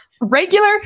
regular